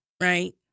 right